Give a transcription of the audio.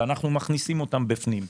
ואנחנו מכניסים אותן בפנים,